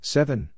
Seven